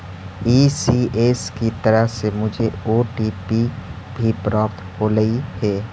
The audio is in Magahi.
ई.सी.एस की तरफ से मुझे ओ.टी.पी भी प्राप्त होलई हे